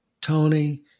tony